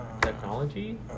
Technology